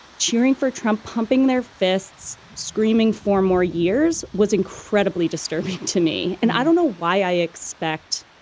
cheering for trump, pumping their fists, screaming for more years was incredibly disturbing to me. and i don't know why i expect,